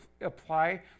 apply